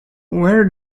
where